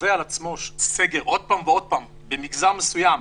חווה על עצמו סגר עוד פעם ועוד פעם במגזר מסוים,